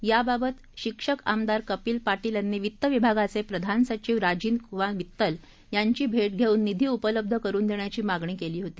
याबाबत शिक्षक आमदार कपिल पाटील यांनी वित्त विभागाचे प्रधान सचिव राजीव कुमार मित्तल यांची भेट धेऊन निधी उपलब्ध करून देण्याची मागणी केली होती